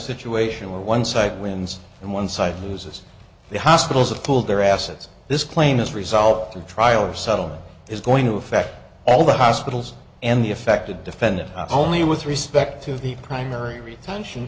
situation where one side wins and one side loses the hospitals have pulled their assets this claim is resolved in trial or subtle is going to affect all the hospitals and the affected defendant only with respect to the primary retention